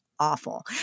Awful